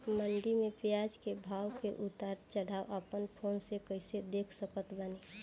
मंडी मे प्याज के भाव के उतार चढ़ाव अपना फोन से कइसे देख सकत बानी?